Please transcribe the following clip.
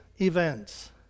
events